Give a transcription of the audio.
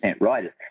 writers